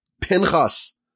Pinchas